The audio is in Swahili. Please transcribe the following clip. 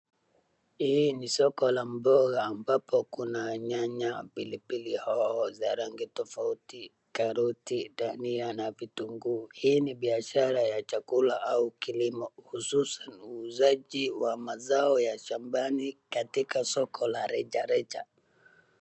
Hii ni soko la mboga ambapo kuna nyanya pipilihoho za rangi tofauti, karoti, ndania na vitunguu. Hii ni biashara ya chakula au kilimo hususan uuzaji wa mazao ya shambani katika soko la rejareja.